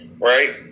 right